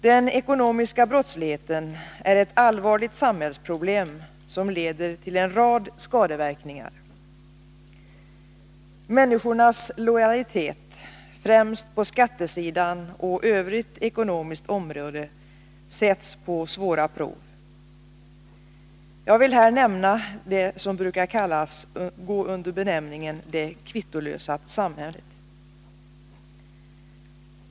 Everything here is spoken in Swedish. Den ekonomiska brottsligheten är ett allvarligt samhällsproblem som leder till en rad skadeverkningar. Människornas lojalitet, främst på skattesidan och övrigt ekonomiskt område, sätts på svåra prov. Här vill jag nämna det som brukar gå under benämningen ”det kvittolösa samhället”.